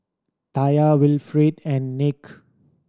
Taya Wilfrid and Nick